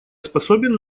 способен